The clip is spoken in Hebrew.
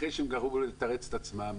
אחרי שהם גמרו לתרץ את עצמם,